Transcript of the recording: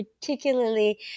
particularly